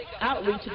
Outreach